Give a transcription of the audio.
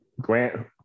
grant